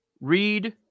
read